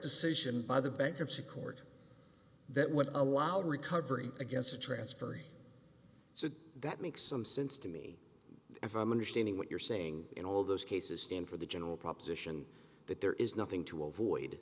decision by the bankruptcy court that would allow recovery against a transfer so that makes some sense to me if i'm understanding what you're saying in all those cases stand for the general proposition that there is nothing to avoid